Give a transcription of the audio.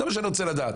זה מה שאני רוצה לדעת.